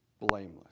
Blameless